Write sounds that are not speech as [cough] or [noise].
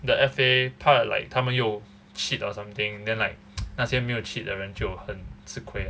the F_A 他有 like 他们有 cheat or something then like [noise] 那些没有 cheat 的人就很吃亏